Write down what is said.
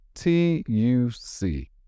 T-U-C